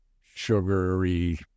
sugary